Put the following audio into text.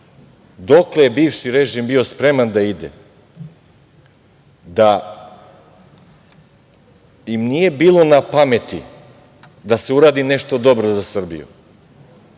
dokle je bivši režim bio spreman da ide, da im nije bilo na pameti da se uradi nešto dobro za Srbiju,